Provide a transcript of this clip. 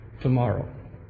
tomorrow